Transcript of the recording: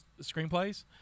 screenplays